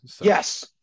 Yes